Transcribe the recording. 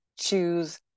choose